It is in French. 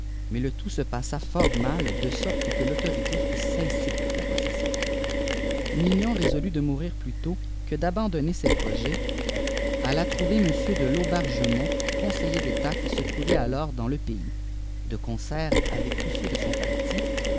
mais le tout se passa fortmal de sorte que l'autorité fit cesser la possession mignon résolu de mourir plutôt que d'abandonner ses projets alla trouver m de laubargemont conseiller d'état qui se trouvait ers dans le pays de concert avec tous ceux dson parti